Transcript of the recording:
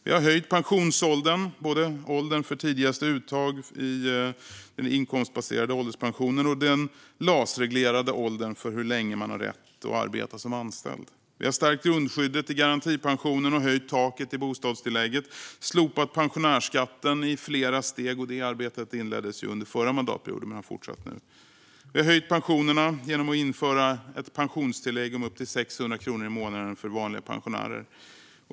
Vi har höjt pensionsåldern, både åldern för tidigast uttag i den inkomstbaserade ålderspensionen och den LAS-reglerade åldern för hur länge man har rätt att arbeta som anställd. Vi har stärkt grundskyddet i garantipensionen och höjt taket i bostadstillägget. Vi har slopat pensionärsskatten i flera steg. Det arbetet inleddes under den förra mandatperioden och har nu fortsatt. Vi har höjt pensionerna genom att införa ett pensionstillägg om upp till 600 kronor i månaden för vanliga pensionärer.